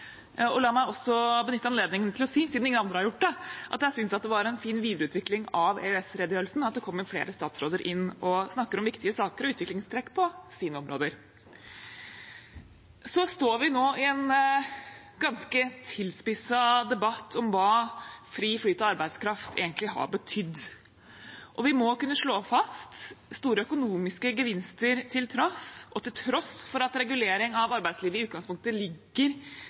La meg også benytte anledningen til å si, siden ingen andre har gjort det, at jeg syns at det var en fin videreutvikling av EØS-redegjørelsen at det kommer flere statsråder inn og snakker om viktige saker og utviklingstrekk på sine områder. Vi står nå i en ganske tilspisset debatt om hva fri flyt av arbeidskraft egentlig har betydd. Vi må kunne slå fast at store økonomiske gevinster til tross, og til tross for at regulering av arbeidslivet i utgangspunktet ligger